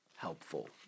Helpful